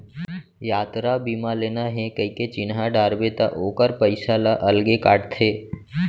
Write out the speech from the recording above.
यातरा बीमा लेना हे कइके चिन्हा डारबे त ओकर पइसा ल अलगे काटथे